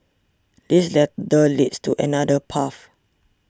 this ladder leads to another path